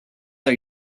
are